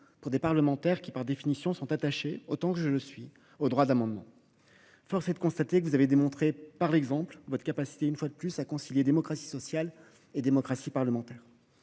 pour des parlementaires qui, par définition, sont attachés – autant que je le suis – au droit d’amendement. Force est de constater que vous avez démontré une fois de plus, par l’exemple, votre capacité à concilier démocratie sociale et démocratie parlementaire.